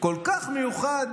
כל כך מיוחד,